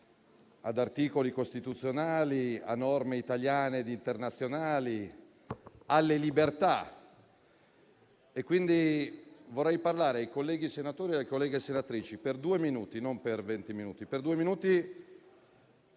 ad articoli costituzionali, a norme italiane ed internazionali e alle libertà. Vorrei quindi parlare ai colleghi senatori e alle colleghe senatrici, per due minuti - non per venti minuti